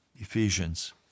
Ephesians